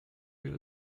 you